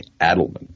Adelman